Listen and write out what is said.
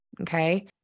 Okay